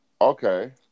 Okay